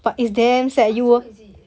what song is it